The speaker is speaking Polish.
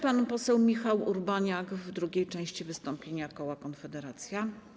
Pan poseł Michał Urbaniak w drugiej części wystąpienia koła Konfederacja.